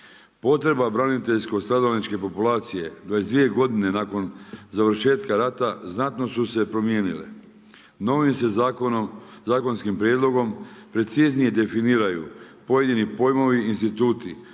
Potreba braniteljsko-stradalničke populacije 22 godine nakon završetka rata znatno su se promijenile. Novim se zakonskim prijedlogom preciznije definiraju pojedini pojmovi i instituti,